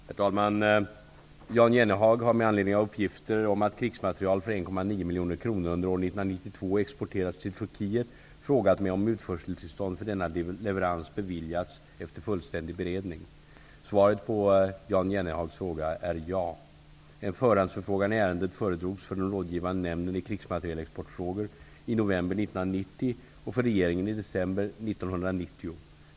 Herr talman! Jan Jennehag har med anledning av uppgifter om att krigsmateriel för 1,9 miljoner kronor under år 1992 exporterats till Turkiet frågat mig om utförseltillstånd för denna leverans beviljats efter fullständig beredning. Svaret på Jan Jennehags fråga är ja. En förhandsförfrågan i ärendet föredrogs för den rådgivande nämnden i krigsmaterielexportfrågor i november 1990 och för regeringen i december 1990.